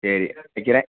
சரி வைக்கிறேன்